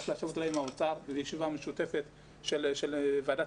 צריך לכנס ישיבה משותפת של משרד האוצר וועדת